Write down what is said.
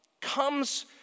comes